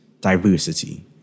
diversity